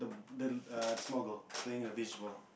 the the err small girl playing a beach ball